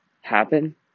happen